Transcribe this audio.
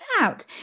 out